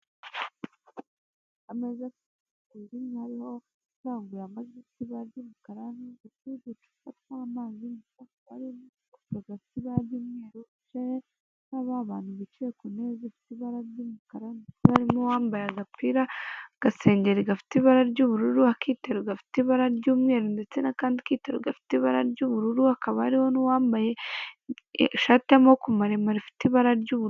Amezi abiri hariho akarangururamajwi k'ibara ry'umukara n'uducupa tw'amazi asa nkaho ari ku kabati gafite ibara by'umweru, aba bantu bicaye ku ntebe zifite ibara ry'umukara, barimo uwambaye agapira, agasengeri gafite ibara ry'ubururu, akiteru gafite ibara ry'umweru ndetse n'akandi kiti gafite ibara ry'ubururu, hakaba hariho n'uwambaye ishati y'amaboko maremare ifite ibara ry'uburu.